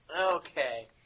Okay